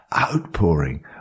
outpouring